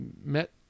met